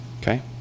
Okay